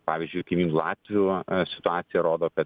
pavyzdžiui kaimynų latvių situacija rodo kad